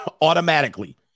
automatically